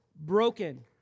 broken